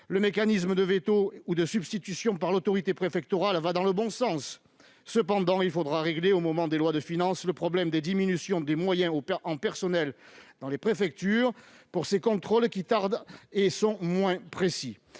Le mécanisme de veto ou de substitution par l'autorité préfectorale va dans le bon sens. Néanmoins, il faudra régler, au moment des lois de finances, le problème des diminutions des moyens en personnel dans les préfectures pour ces contrôles qui tardent et sont moins précis.